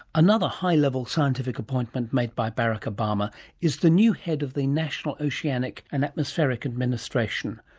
another high level scientific appointment made by barack obama is the new head of the national oceanic and atmospheric administration,